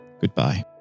goodbye